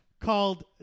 called